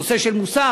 נושא של מוסר.